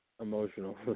emotional